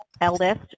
eldest